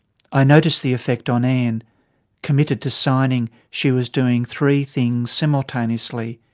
i noticed the effect on anne, committed to signing, she was doing three things simultaneously.